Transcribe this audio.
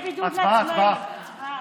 הצבעה, הצבעה.